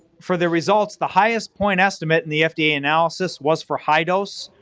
for the results, the highest point estimate in the fda analysis was for high dose,